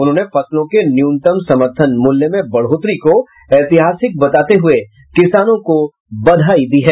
उन्होंने फसलों के न्यूनतम समर्थन मूल्य में बढ़ोतरी को ऐतिहासिक बताते हुए किसानों को बधाई दी है